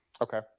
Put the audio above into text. Okay